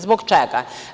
Zbog čega?